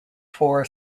four